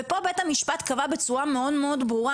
ופה בית המשפט קבע בצורה מאוד מאוד ברורה